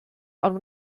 ond